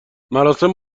مراسم